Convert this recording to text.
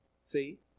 See